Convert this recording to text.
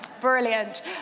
brilliant